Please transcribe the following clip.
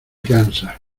cansa